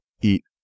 eat